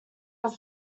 are